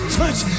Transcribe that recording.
touch